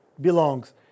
belongs